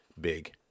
big